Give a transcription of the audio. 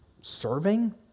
serving